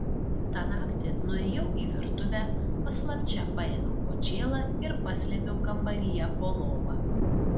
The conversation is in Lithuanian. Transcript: tą naktį nuėjau į virtuvę paslapčia paėmiau kočėlą ir paslėpiau kambaryje po lova